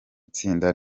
itsinda